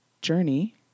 journey